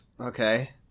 Okay